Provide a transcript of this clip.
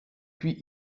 puis